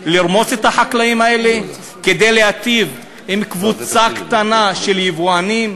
לרמוס את החקלאים האלה כדי להיטיב עם קבוצה קטנה של יבואנים?